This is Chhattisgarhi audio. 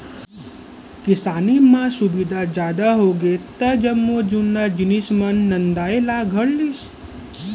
किसानी म सुबिधा जादा होगे त जम्मो जुन्ना जिनिस मन नंदाय ला धर लिस